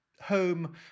home